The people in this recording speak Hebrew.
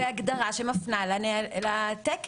זה הגדרה שמפנה לתקן.